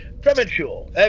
premature